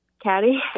caddy